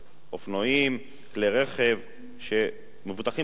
אופנועים וכלי-רכב שמבוטחים בשוק החופשי.